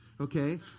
okay